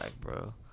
bro